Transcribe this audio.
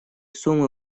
суммы